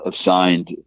assigned